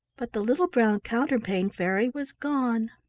but the little brown counterpane fairy was gone.